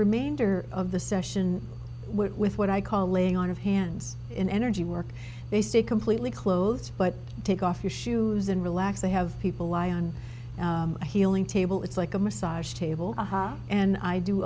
remainder of the session with what i call laying on of hands in energy work they stay completely closed but take off your shoes and relax they have people lie on a healing table it's like a massage table and i do